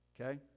okay